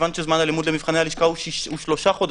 מכיוון שזמן הלימוד למבחני הלשכה הוא שלושה חודשים,